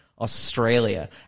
Australia